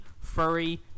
furry